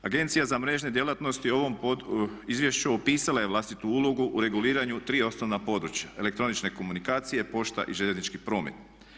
Agencija za mrežne djelatnosti u ovim izvješću opisala je vlastitu ulogu u reguliranju tri osnovna područja elektroničke komunikacije, pošta i željeznički promet.